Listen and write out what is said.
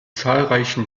zahlreichen